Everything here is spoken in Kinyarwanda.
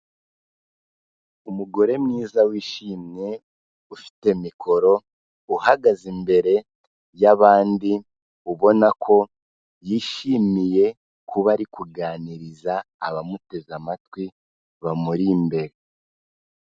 Umugore mwiza wishimye ufite mikoro uhagaze imbere y'abandi ubona ko yishimiye kuba ari kuganiriza abamuteze amatwi bamuri imbere.